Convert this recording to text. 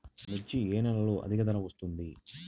మిర్చి ఏ నెలలో అధిక ధర వస్తుంది?